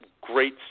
great